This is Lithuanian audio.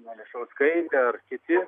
mališauskaitė ar kiti